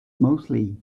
mostly